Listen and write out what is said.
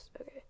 Okay